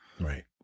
Right